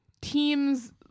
teams